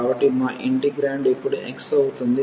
కాబట్టి మా ఇంటిగ్రేండ్ ఇప్పుడు x అవుతుంది